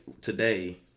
today